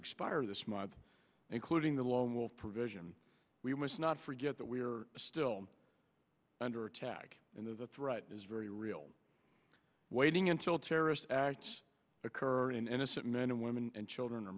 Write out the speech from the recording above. expire this month including the lone wolf provision we must not forget that we are still under attack and the threat is very real waiting until terrorist acts occur in innocent men and women and children are